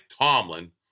Tomlin